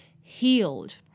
healed